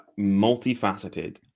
multifaceted